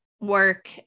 Work